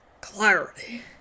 Clarity